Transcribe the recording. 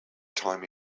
time